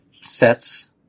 sets